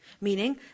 Meaning